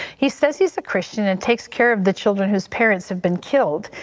he says he's a christian and takes care of the children whose parents have been killed.